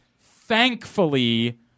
Thankfully